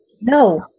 No